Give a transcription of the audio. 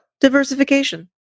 diversification